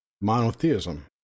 monotheism